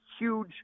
huge